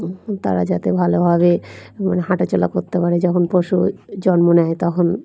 তারা যাতে ভালোভাবে মানে হাঁটাচলা করতে পারে যখন পশু জন্ম নেয় তখন